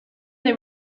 they